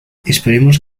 esperemos